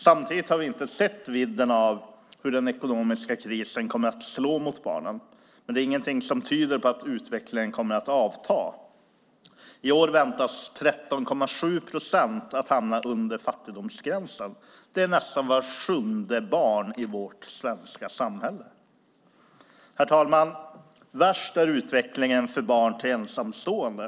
Samtidigt har vi inte sett vidden av hur den ekonomiska krisen kommer att slå mot barnen, men det finns ingenting som tyder på att utvecklingen kommer att avta. I år väntas 13,7 procent hamna under fattigdomsgränsen. Det är nästan vart sjunde barn i vårt svenska samhälle. Herr talman! Värst är utvecklingen för barn till ensamstående.